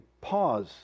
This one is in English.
pause